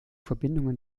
verbindungen